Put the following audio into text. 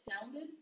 sounded